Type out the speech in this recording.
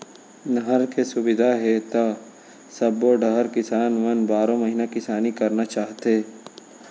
नहर के सुबिधा हे त सबो डहर किसान मन बारो महिना किसानी करना चाहथे